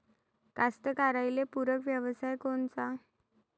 कास्तकाराइले पूरक व्यवसाय कोनचा?